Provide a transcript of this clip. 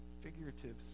figurative